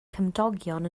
cymdogion